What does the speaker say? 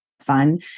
fun